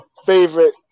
favorite